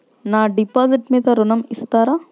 నా డిపాజిట్ మీద ఋణం ఇస్తారా?